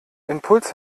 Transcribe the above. impuls